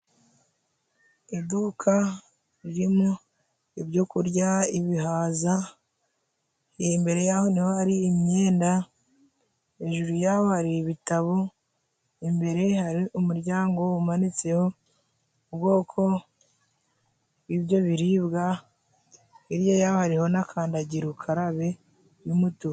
Iduka ririmo ibyokurya ibihaza, imbere yaho niho hari imyenda, hejuru yaba ibitabo, imbere hari umuryango umanitseho ubwoko bw'ibyo biribwa, hirya yaho hariho na kandagira ukarabe y'umutuku.